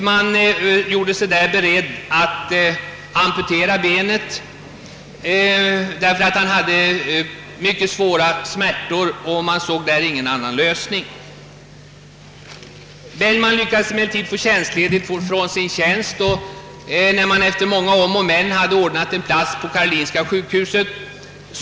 Man gjorde sig där beredd att amputera benet, därför att han hade mycket svåra smärtor. Man såg där ingen annan lösning. Bellman lyckades emellertid få tjänstledighet från sin tjänst, och efter många om och men hade man ordnat en plats på karolinska sjukhuset.